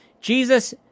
Jesus